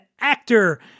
actor